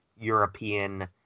European